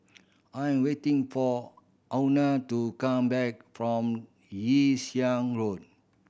I am waiting for Euna to come back from Yew Siang Road